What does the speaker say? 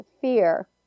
fear